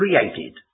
created